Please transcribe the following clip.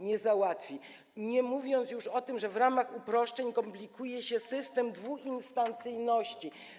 Nie mówiąc już o tym, że w ramach uproszczeń komplikuje się system dwuinstancyjności.